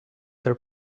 their